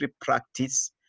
practice